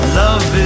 love